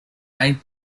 eight